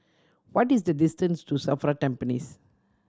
what is the distance to SAFRA Tampines